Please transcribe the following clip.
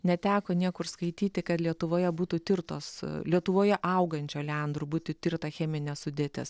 neteko niekur skaityti kad lietuvoje būtų tirtos lietuvoje augančių oleandrų būtų tirta cheminė sudėtis